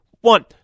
one